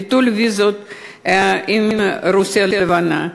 ביטול ויזות עם רוסיה הלבנה.